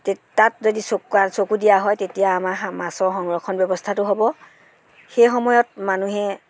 তে তাত যদি চ চকু দিয়া হয় তেতিয়া আমাৰ মাছৰ সংৰক্ষণ ব্যৱস্থটো হ'ব সেই সময়ত মানুহে